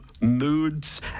moods